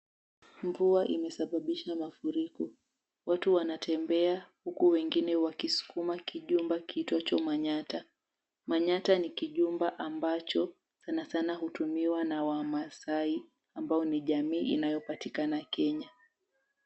Mvua imesababisha mafuriko. Watu wanatembea huku wengine wakisukuma kijumba kiitwacho manyatta. Manyatta ni kijumba ambacho sanasana hutumiwa na wamaasai ambao ni jamii inayopatikana Kenya.